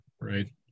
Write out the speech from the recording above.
right